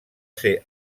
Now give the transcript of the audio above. ser